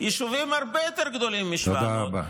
יישובים הרבה יותר גדולים מ-700, תודה רבה.